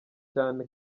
cyane